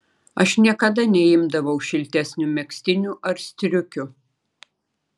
aš niekada neimdavau šiltesnių megztinių ar striukių